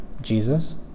Jesus